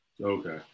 Okay